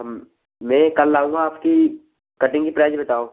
हम मैं कल आऊँगा आपकी कटिंग की प्राइस बताओ